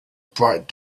bright